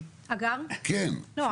לא,